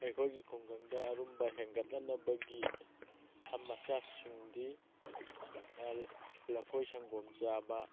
ꯑꯩꯈꯣꯏꯒꯤ ꯈꯨꯡꯒꯪꯗ ꯑꯔꯨꯝꯕ ꯍꯦꯟꯒꯠꯅꯅꯕꯒꯤ ꯃꯆꯥꯛꯁꯤꯡꯗꯤ ꯂꯐꯣꯏ ꯁꯪꯒꯣꯝ ꯆꯥꯕ